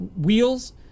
wheels